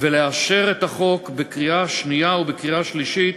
ולאשר את החוק בקריאה שנייה ובקריאה שלישית